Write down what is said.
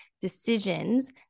decisions